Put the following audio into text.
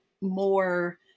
more